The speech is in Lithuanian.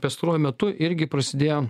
pastaruoju metu irgi prasidėjo